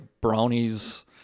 brownies